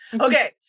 Okay